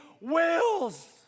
wills